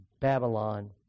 Babylon